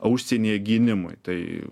užsienyje gynimui tai